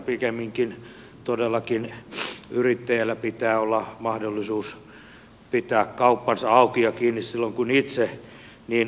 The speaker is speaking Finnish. pikemminkin todellakin yrittäjällä pitää olla mahdollisuus pitää kauppansa auki ja kiinni silloin kun itse niin oikeaksi näkee